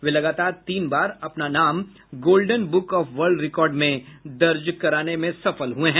वे लगातार तीन बार अपना नाम golden book of world record में दर्ज कराने में सफल हुये हैं